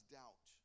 doubt